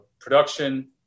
production